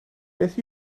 beth